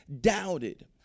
doubted